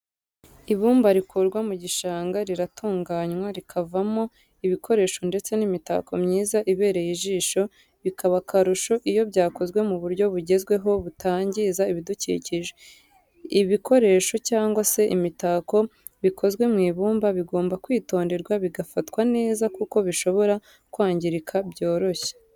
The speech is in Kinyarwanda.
Ibumba rikurwa mu gishanga riratunganywa rikavamo ibikoresho ndetse n'imitako myiza ibereye ijisho bikaba akarusho iyo byakozwe mu buryo bugezweho butangiza ibidukikije. ibikoresho cyangwa se imitako bikozwe mu ibumba bigomba kwitonderwa bigafatwa neza kuko bishobora kwangirika byoroshye.